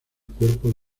cuerpo